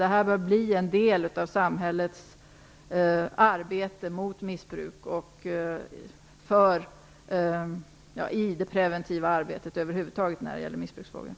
Detta bör bli en del av samhällets preventiva arbete i missbruksfrågor över huvud taget.